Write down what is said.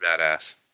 badass